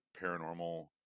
paranormal